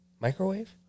microwave